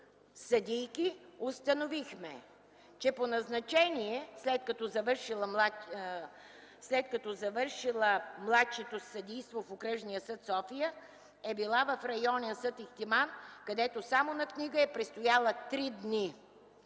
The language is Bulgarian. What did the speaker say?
наричам писмото, че по назначение, след като завършила „младши” със съдийство в Окръжния съд, София, е била в Районен съд, Ихтиман, където само на книга е престояла три дни.